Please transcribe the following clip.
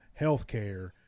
healthcare